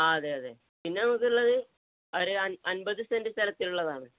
ആ അതെ അതെ പിന്നെ നമുക്കുള്ളത് ഒരു അൻപത് സെൻറ് സ്ഥലത്തുള്ളതാണ്